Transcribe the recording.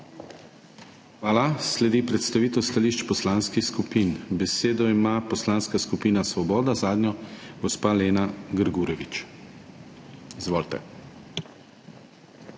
Hvala. Sledi predstavitev stališč poslanskih skupin. Besedo ima Poslanska skupina Svoboda, zanjo gospa Lena Grgurevič. Izvolite.